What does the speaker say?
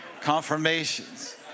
confirmations